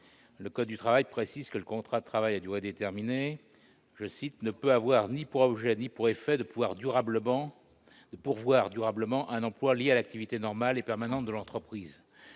Le code du travail précise que « le contrat de travail à durée déterminée ne peut avoir ni pour objet ni pour effet de pourvoir durablement un emploi lié à l'activité normale et permanente de l'entreprise.